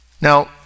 Now